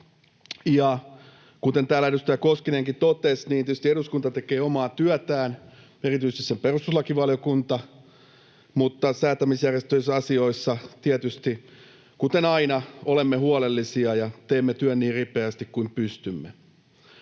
täällä edustaja Koskinenkin totesi, niin tietysti eduskunta tekee omaa työtään, erityisesti perustuslakivaliokunta, ja säätämisjärjestysasioissa tietysti, kuten aina, olemme huolellisia ja teemme työn niin ripeästi kuin pystymme.